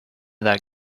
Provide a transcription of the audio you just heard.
that